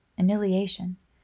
annihilations